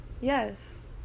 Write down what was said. Yes